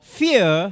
fear